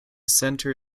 centre